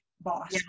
boss